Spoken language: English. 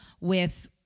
with-